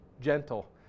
gentle